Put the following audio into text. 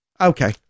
Okay